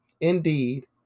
Indeed